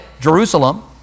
Jerusalem